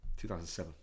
2007